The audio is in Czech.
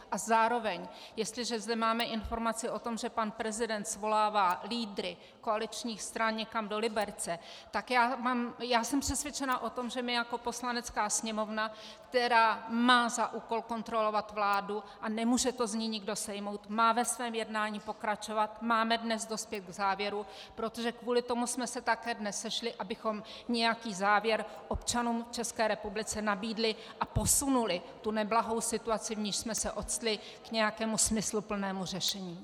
A zároveň jestliže zde máme informaci o tom, že pan prezident svolává lídry koaličních stran někam do Liberce, tak já jsem přesvědčena o tom, že my jako Poslanecká sněmovna, která má za úkol kontrolovat vládu, a nemůže to z ní nikdo sejmout, má ve svém jednání pokračovat, máme dnes dospět k závěru, protože kvůli tomu jsme se také dnes sešli, abychom nějaký závěr občanům v ČR nabídli a posunuli tu neblahou situaci, v níž jsme se octli, k nějakému smysluplnému řešení.